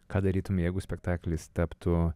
ką darytum jeigu spektaklis taptų